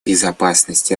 безопасность